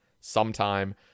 sometime